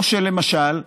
למשל,